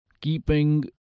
keeping